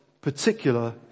particular